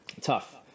tough